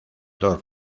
dos